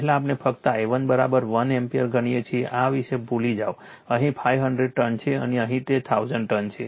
પહેલા આપણે ફક્ત i1 1 એમ્પીયર ગણીએ છીએ આ વિશે ભૂલી જાઓ અહીં 500 ટર્ન્સ છે અને અહીં તે 1000 ટર્ન્સ છે